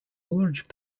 allergic